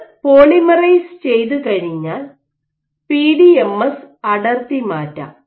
ഇത് പോളിമറൈസ് ചെയ്തുകഴിഞ്ഞാൽ പിഡിഎംഎസ് അടർത്തിമാറ്റാം